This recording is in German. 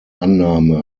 annahme